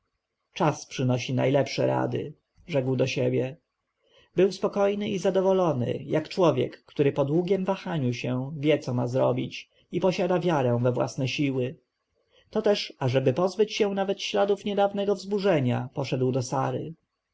czas przynosi najlepsze rady rzekł do siebie był spokojny i zadowolony jak człowiek który po długiem wahaniu wie co ma robić i posiada wiarę we własne siły to też ażeby pozbyć się nawet śladów niedawnego wzburzenia poszedł do sary